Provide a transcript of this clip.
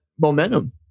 momentum